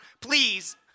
Please